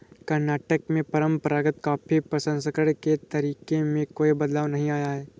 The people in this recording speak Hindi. कर्नाटक में परंपरागत कॉफी प्रसंस्करण के तरीके में कोई बदलाव नहीं आया है